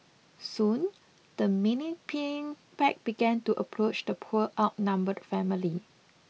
soon the menacing pack began to approach the poor outnumbered family